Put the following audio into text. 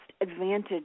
advantage